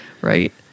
right